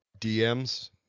DMS